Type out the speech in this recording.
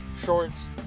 shorts